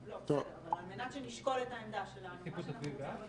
שלא רוצה אותנו בממשלת אחדות,